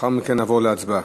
לאחר מכן נעבור להצבעה.